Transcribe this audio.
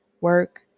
work